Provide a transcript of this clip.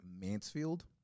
Mansfield